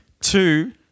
Two